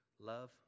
love